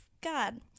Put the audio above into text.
God